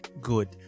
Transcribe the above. good